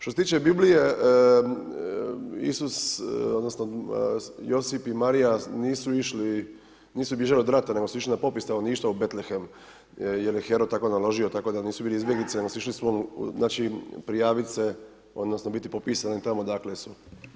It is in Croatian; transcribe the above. Što se tiče Biblije, Isus odnosno Josip i Marija nisu bježali od rata nego su išli na popis stanovništva jer im je Neron tako naložio, tako da nisu bili izbjeglice nego su išli znači prijavit se odnosno biti popisani tamo odakle su.